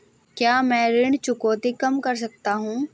क्या मैं ऋण चुकौती कम कर सकता हूँ?